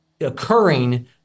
occurring